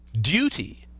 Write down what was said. duty